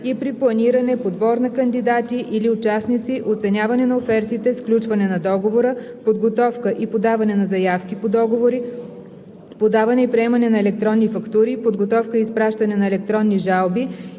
и при планиране, подбор на кандидати или участници, оценяване на офертите, сключване на договора, подготовка и подаване на заявки по договори, подаване и приемане на електронни фактури, подготовка и изпращане на електронни жалби